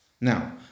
Now